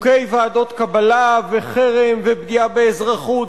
חוקי ועדות קבלה וחרם ופגיעה באזרחות